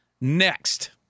next